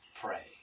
Pray